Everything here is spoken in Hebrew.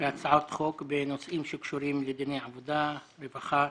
אמנם לא חבר ועדת העבודה והרווחה,